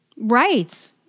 Right